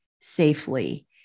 safely